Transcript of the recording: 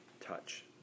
touch